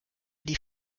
die